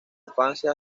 infancia